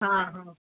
हां हां